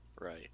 Right